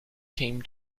came